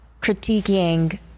critiquing